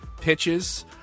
pitches